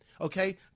okay